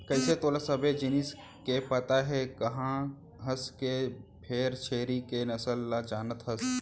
कइसे तोला सबे जिनिस के पता हे कहत हस फेर छेरी के नसल ल जानत हस?